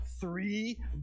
three